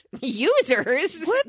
users